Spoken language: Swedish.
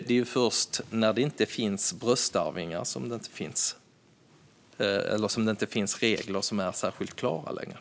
Det är först när det inte finns bröstarvingar som det inte finns särskilt klara regler.